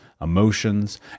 emotions